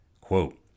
Quote